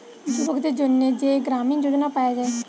যুবকদের জন্যে যেই গ্রামীণ যোজনা পায়া যায়